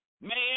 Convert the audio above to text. man